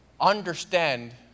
understand